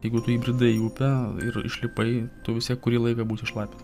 jeigu tu įbridai į upę ir išlipai tu vis tiek kurį laiką būsiu šlapias